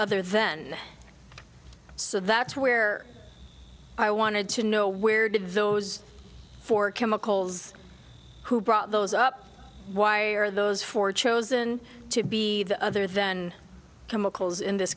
other then so that's where i wanted to know where did those four chemicals who brought those up why are those four chosen to be the other then chemicals in this